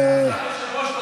אדוני היושב-ראש,